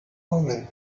woman